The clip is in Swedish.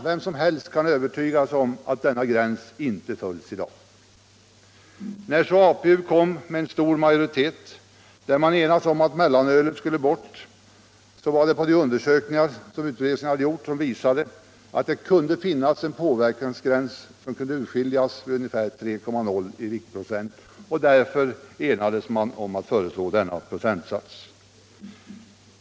Vem som helst kan övertyga sig om att denna gräns inte följs i dag. Så kom alkoholpolitiska utredningens betänkande, där man med stor majoritet hade enats om att mellanölet skulle bort. Det skedde på grundval av de undersökningar som utredningen hade gjort och som visade att det kunde urskiljas en gräns för påverkan vid ungefär 3,0 viktprocent. Därför hade man enats om att föreslå denna procentsats.